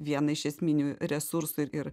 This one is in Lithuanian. vieną iš esminių resursų ir